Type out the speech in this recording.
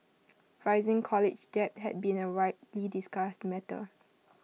rising college debt has been A widely discussed matter